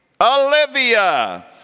Olivia